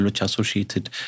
associated